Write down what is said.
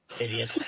idiot